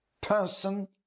person